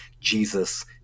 Jesus